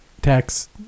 tax